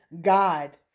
God